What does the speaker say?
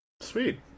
Sweet